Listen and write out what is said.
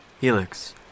Helix